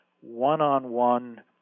one-on-one